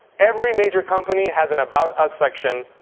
every major company has an about us section,